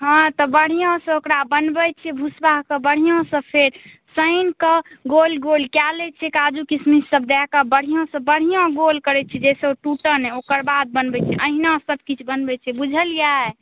हँ तऽ बढ़िऑं से ओकरा बनबै छियै भुसबाके बढ़िऑं से फेर सानि कऽ गोल गोल कए लै छै काजू किशमिश सब दएके बढ़िऑं सऽ बढ़िऑं गोल करै छी जै से ओ टुटै नहि ओकरबाद बनबै छियै अहिना सब किछु बनबै छियै बुझअलिए